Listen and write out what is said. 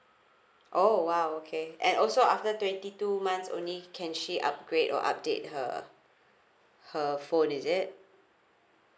oh !wow! okay and also after twenty two months only can she upgrade or update her her phone is it